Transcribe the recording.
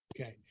Okay